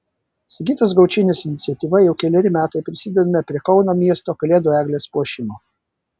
sigitos gaučienės iniciatyva jau keleri metai prisidedame prie kauno miesto kalėdų eglės puošimo